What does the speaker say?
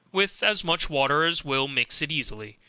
with as much water as will mix it easily,